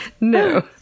no